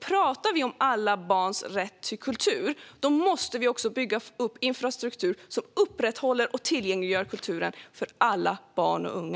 Pratar vi om alla barns rätt till kultur måste vi bygga upp infrastruktur som upprätthåller och tillgängliggör kulturen för alla barn och unga.